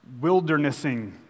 wildernessing